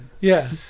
Yes